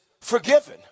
forgiven